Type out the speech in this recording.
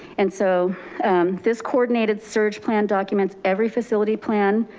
and so this coordinated surge plan documents every facility plan,